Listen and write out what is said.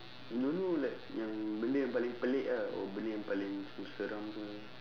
don't know like yang bende yang paling pelik ah or bende yang paling macam seram ke